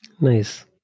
Nice